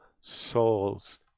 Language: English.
souls